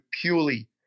purely